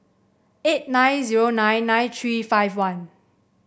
eight nine zero nine nine three five one